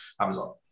Amazon